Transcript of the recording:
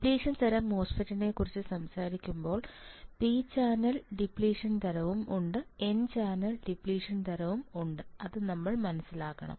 depletion തരം മോസ്ഫെറ്റ്നെക്കുറിച്ച് സംസാരിക്കുമ്പോൾ പി ചാനൽ ഡിപ്ലിഷൻ തരവും ഉണ്ട് എൻ ചാനൽ ഡിപ്ലിഷൻ തരവും ഉണ്ടെന്ന് നമ്മൾ മനസ്സിലാക്കുന്നു